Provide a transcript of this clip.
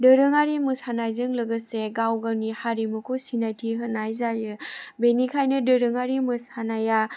दोरोंआरि मोसानायजों लोगोसे गावगावनि हारिमुखौ सिनायथि होनाय जायो बेनिखायनो दोरोंआरि मोसानाया